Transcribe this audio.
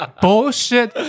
bullshit